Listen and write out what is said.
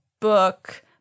book